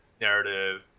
narrative